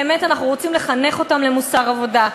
באמת אנחנו רוצים לחנך אותם למוסר עבודה.